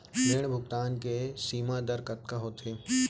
ऋण भुगतान के सीमा दर कतका होथे?